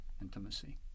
intimacy